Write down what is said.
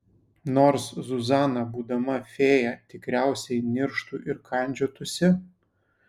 nors zuzana būdama fėja tikriausiai nirštų ir kandžiotųsi